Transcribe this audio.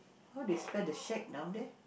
how they spell the shack down there